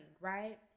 right